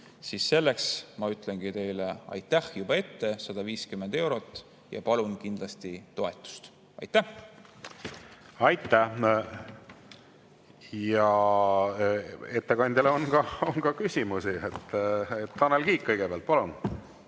indekseerimist, ma ütlengi teile aitäh juba ette. 150 eurot. Palun kindlasti toetust. Aitäh! Aitäh! Ettekandjale on ka küsimusi. Tanel Kiik kõigepealt, palun!